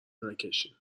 نکشین